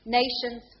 nations